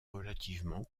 relativement